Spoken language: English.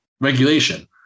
regulation